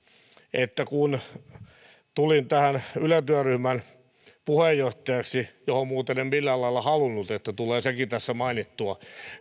että kun tulin tähän yle työryhmään puheenjohtajaksi mitä muuten en millään lailla halunnut että tulee sekin tässä mainittua